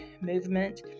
movement